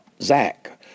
Zach